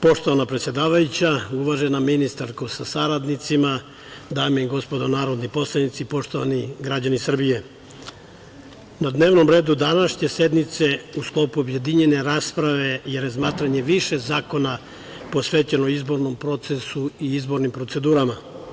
Poštovana predsedavajuća, uvažena ministarko sa saradnicima, dame i gospodo narodni poslanici, poštovani građani Srbije, na dnevnom redu današnje sednice u sklopu objedinjene rasprave je razmatranje više zakona posvećeno izbornom procesu i izbornim procedurama.